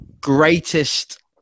greatest